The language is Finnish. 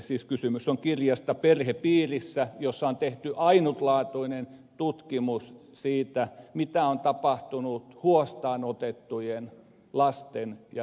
siis kysymys on kirjasta perhepiirissä jossa on tehty ainutlaatuinen tutkimus siitä mitä on tapahtunut huostaanotettujen lasten ja nuorten osalta